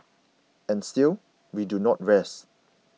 and still we do not rest